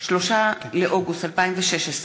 3 באוגוסט 2016,